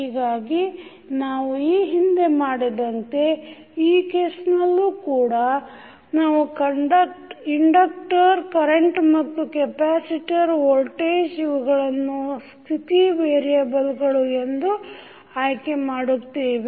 ಹೀಗಾಗಿ ನಾವು ಈ ಹಿಂದೆ ಮಾಡಿದಂತೆ ಈ ಕೇಸಿನಲ್ಲೂ ಕೂಡ ನಾವು ಇಂಡ ಇಂಡಕ್ಟರ್ ಕರೆಂಟ್ ಮತ್ತು ಕೆಪ್ಯಾಸಿಟರ್ ವೋಲ್ಟೇಜ್ ಇವುಗಳನ್ನು ಸ್ಥಿತಿ ವೇರಿಯೆಬಲ್ಗಳು ಎಂದು ಆಯ್ಕೆ ಮಾಡುತ್ತೇವೆ